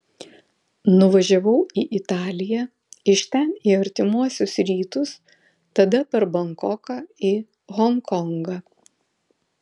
nuvažiavau į italiją iš ten į artimuosius rytus tada per bankoką į honkongą